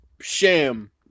sham